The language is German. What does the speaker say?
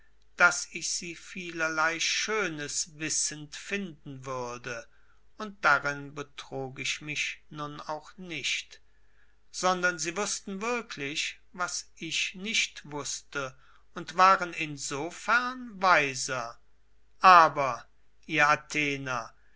daß ich sie vielerlei schönes wissend finden würde und darin betrog ich mich nun auch nicht sondern sie wußten wirklich was ich nicht wußte und waren insofern weiser aber ihr athener